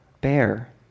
bear